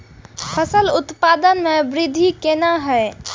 फसल उत्पादन में वृद्धि केना हैं?